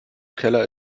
keller